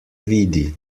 vidi